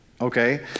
Okay